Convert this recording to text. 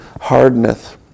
hardeneth